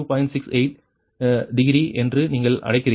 68 degree என்று நீங்கள் அழைக்கிறீர்கள்